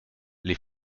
les